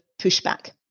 pushback